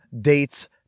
dates